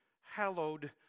hallowed